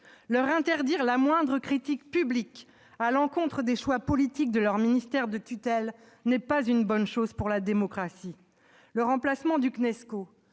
Leur interdire la moindre critique publique à l'encontre des choix politiques de leur ministère de tutelle n'est pas une bonne chose pour la démocratie. Le remplacement du Cnesco,